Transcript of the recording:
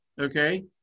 okay